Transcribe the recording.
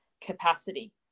capacity